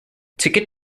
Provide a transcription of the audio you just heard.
ticket